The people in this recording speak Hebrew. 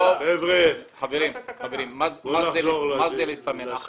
עבד אל חכים חאג' יחיא (הרשימה המשותפת):